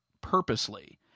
purposely